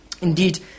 Indeed